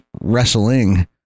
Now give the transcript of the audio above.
wrestling